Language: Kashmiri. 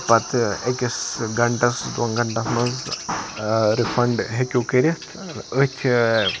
پَتہٕ اکِس گَنٛٹَس دۄن گَنٹَن مَنٛز رِفَنٛڈ ہیٚکِو کٔرِتھ أتھۍ